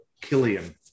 Killian